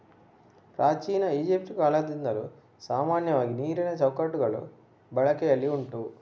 ಪ್ರಾಚೀನ ಈಜಿಪ್ಟ್ ಕಾಲದಿಂದಲೂ ಸಾಮಾನ್ಯವಾಗಿ ನೀರಿನ ಚೌಕಟ್ಟುಗಳು ಬಳಕೆನಲ್ಲಿ ಉಂಟು